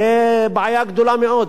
זו בעיה גדולה מאוד,